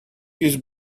his